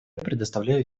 предоставляю